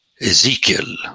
Ezekiel